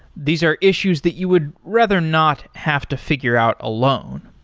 these are issues that you would rather not have to figure out alone.